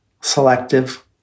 selective